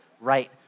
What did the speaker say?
right